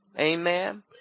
Amen